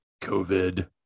COVID